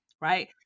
right